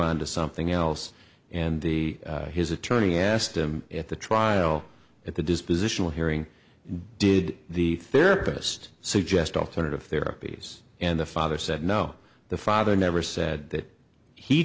on to something else and the his attorney asked him at the trial at the dispositional hearing did the therapist suggest alternative therapies and the father said no the father never said that he